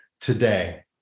today